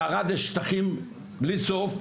בערד יש שטחים בלי סוף,